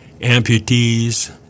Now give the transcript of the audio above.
Amputees